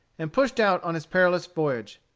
and pushed out on his perilous voyage.